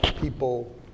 People